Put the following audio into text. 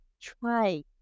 Try